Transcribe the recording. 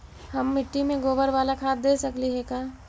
हम मिट्टी में गोबर बाला खाद दे सकली हे का?